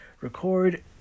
record